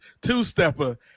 two-stepper